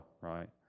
right